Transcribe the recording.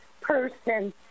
person